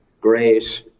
great